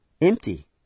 Empty